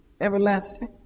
everlasting